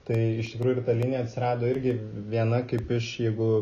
tai iš tikrųjų ir ta linija atsirado irgi viena kaip iš jeigu